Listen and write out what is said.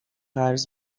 قرض